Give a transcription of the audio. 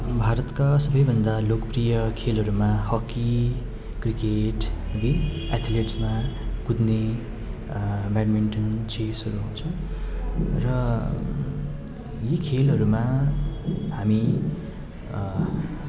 भारतका सबैभन्दा लोकप्रिय खेलहरूमा हकी क्रिकेट हगि एथलेट्समा कुद्ने ब्याडमिन्टन चेसहरू हुन्छ र यी खेलहरूमा हामी